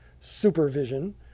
supervision